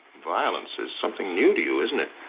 violence is something new to you, isn't it?